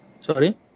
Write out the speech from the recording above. Sorry